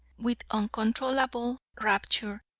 with uncontrollable rapture,